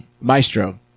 Maestro